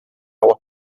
aguas